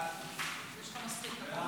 סעיפים 1